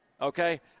okay